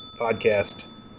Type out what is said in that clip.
podcast